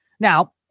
Now